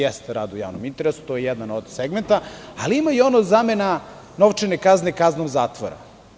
Jeste, tu je rad u javnom interesu, to je jedan od segmenata, ali ima i ono - zamena novčane kazne kaznom zatvora.